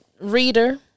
Reader